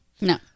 No